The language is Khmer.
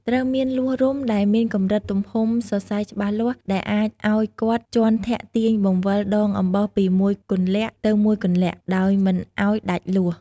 ត្រូវមានលួសរុំដែលមានកំរិតទំហំសសៃច្បាស់លាស់ដែរអាចអោយគាត់ជាន់ធាក់ទាញបង្វិលដងអំបោសពីមួយគន្លាក់ទៅមួយគន្លាក់ដោយមិនឲ្យដាច់លួស។